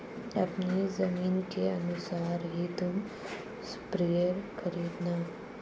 अपनी जमीन के अनुसार ही तुम स्प्रेयर खरीदना